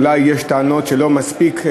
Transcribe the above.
אולי יש טענות שלא מספיק,